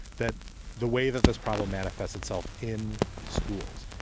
that the way that this problem manifests itself in schools.